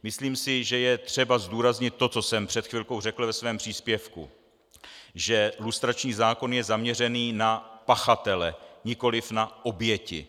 Myslím si, že je třeba zdůraznit to, co jsem před chvilkou řekl ve svém příspěvku že lustrační zákon je zaměřený na pachatele, nikoliv na oběti.